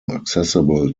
accessible